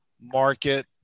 market